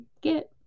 get